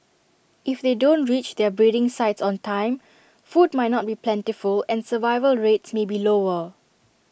if they don't reach their breeding sites on time food might not be plentiful and survival rates may be lower